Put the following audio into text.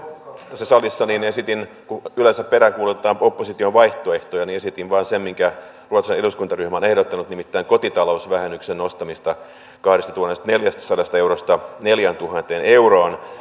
tässä salissa esitin kun yleensä peräänkuulutetaan opposition vaihtoehtoja vain sen minkä ruotsalainen eduskuntaryhmä on ehdottanut nimittäin kotitalousvähennyksen nostamista kahdestatuhannestaneljästäsadasta eurosta neljääntuhanteen euroon